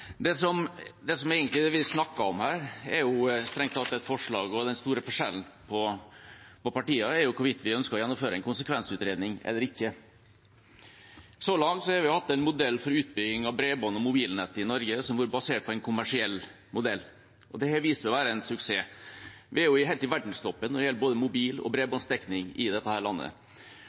Det vi egentlig snakker om her, er strengt tatt et forslag hvor den store forskjellen på partiene er hvorvidt vi ønsker å gjennomføre en konsekvensutredning eller ikke. Så langt har vi hatt en modell for utbygging av bredbånd og mobilnett i Norge som har vært basert på en kommersiell modell. Dette har vist seg å være en suksess. Vi er helt i verdenstoppen i dette landet når det gjelder både mobil- og bredbåndsdekning. Og den modellen, den kommersielle utbyggingen, har bidratt til det – i